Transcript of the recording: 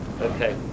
Okay